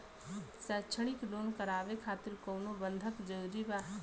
शैक्षणिक लोन करावे खातिर कउनो बंधक जरूरी बा?